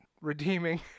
redeeming